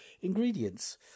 ingredients